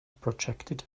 projected